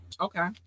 okay